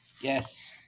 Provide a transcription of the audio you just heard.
Yes